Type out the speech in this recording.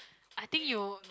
I think you